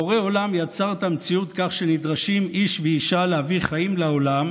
בורא עולם יצר את המציאות כך שנדרשים איש ואישה להביא חיים לעולם,